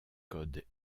code